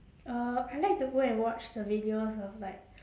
uh I like to go and watch the videos of like